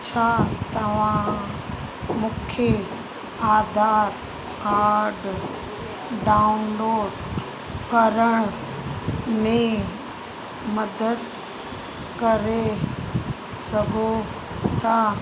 छा तव्हां मूंखे आधार काड डाउनलोड करण में मदद करे सघो था